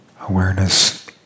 Awareness